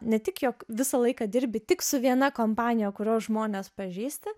ne tik jog visą laiką dirbi tik su viena kompanija kurios žmonės pažįsti